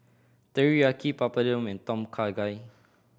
Teriyaki Papadum and Tom Kha Gai